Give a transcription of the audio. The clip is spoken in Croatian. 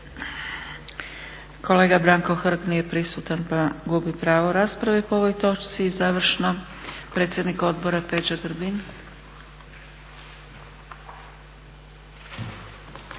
Kolega Branko Hrg. Nije prisutan pa gubi pravo rasprave po ovoj točci. I završno, predsjednik Odbora Peđa Grbin.